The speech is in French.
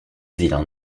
vilain